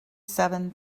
seven